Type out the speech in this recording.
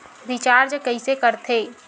Recharge कइसे कर थे?